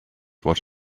what